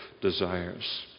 desires